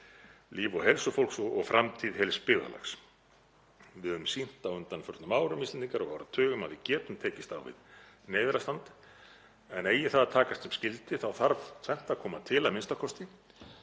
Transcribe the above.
líf og heilsu fólks og framtíð heils byggðarlags. Við höfum sýnt á undanförnum árum, Íslendingar, og áratugum að við getum tekist á við neyðarástand en eigi það að takast sem skyldi þá þarf tvennt að koma til a.m.k.: